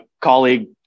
colleague